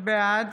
בעד